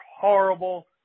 horrible